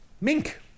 Mink